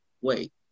wait